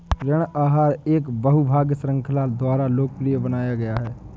ऋण आहार एक बहु भाग श्रृंखला द्वारा लोकप्रिय बनाया गया था